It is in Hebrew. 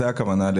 זו הכוונה.